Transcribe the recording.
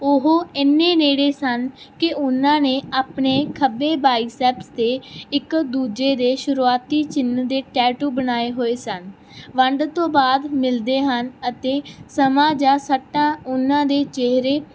ਉਹ ਇੰਨੇ ਨੇੜੇ ਸਨ ਕਿ ਉਹਨਾਂ ਨੇ ਆਪਣੇ ਖੱਬੇ ਬਾਈਸੈਪਸ 'ਤੇ ਇੱਕ ਦੂਜੇ ਦੇ ਸ਼ੁਰੂਆਤੀ ਚਿੰਨ੍ਹ ਦੇ ਟੈਟੂ ਬਣਾਏ ਹੋਏ ਸਨ ਵੰਡ ਤੋਂ ਬਾਅਦ ਮਿਲਦੇ ਹਨ ਅਤੇ ਸਮਾਂ ਜਾਂ ਸੱਟਾਂ ਉਹਨਾਂ ਦੇ ਚਿਹਰੇ